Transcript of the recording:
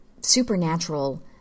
supernatural